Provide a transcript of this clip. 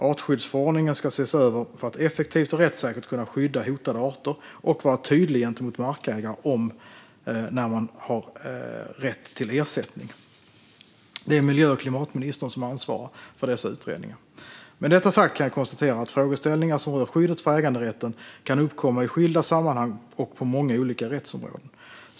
Artskyddsförordningen ska ses över för att effektivt och rättssäkert kunna skydda hotade arter och vara tydlig gentemot markägare om när man har rätt till ersättning. Det är miljö och klimatministern som ansvarar för dessa utredningar. Med detta sagt kan jag konstatera att frågeställningar som rör skyddet för äganderätten kan uppkomma i skilda sammanhang och på många olika rättsområden.